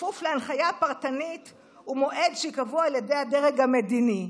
כפוף להנחיה פרטנית ומועד שייקבעו על ידי הדרג המדיני.